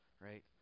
right